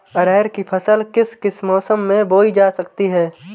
अरहर की फसल किस किस मौसम में बोई जा सकती है?